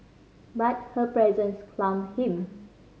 but her presence calmed him